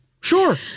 Sure